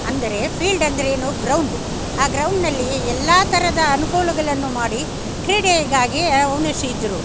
ಅಂದರೆ ಫೀಲ್ಡ್ ಅಂದರೆ ಏನು ಗ್ರೌಂಡ್ ಆ ಗ್ರೌಂಡ್ನಲ್ಲಿಯೇ ಎಲ್ಲ ಥರದ ಅನುಕೂಲಗಳನ್ನು ಮಾಡಿ ಕ್ರೀಡೆಗಾಗಿ ಅವ್ನಿಸಿದ್ರು